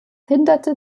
hinderte